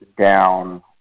down